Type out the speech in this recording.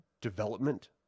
development